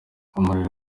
umuriro